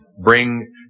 bring